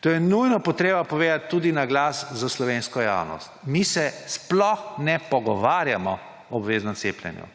To je nujno treba povedati tudi na glas za slovensko javnost. Mi se sploh ne pogovarjamo o obveznem cepljenju.